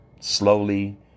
slowly